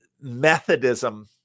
Methodism